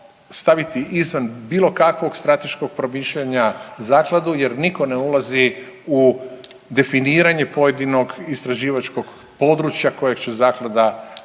izvan bilo kakvog strateškog promišljanja zakladu jer niko ne ulazi u definiranje pojedinog istraživačkog područja kojeg će zaklada financirat.